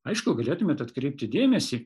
aišku galėtumėt atkreipti dėmesį